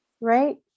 right